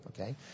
Okay